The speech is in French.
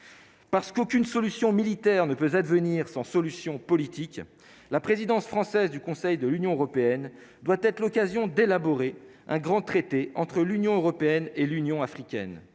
parce qu'aucune solution militaire ne peut advenir sans solution politique la présidence française du Conseil de l'Union européenne doit être l'occasion d'élaborer un grand traité entre l'Union européenne et l'Union africaine,